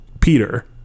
Peter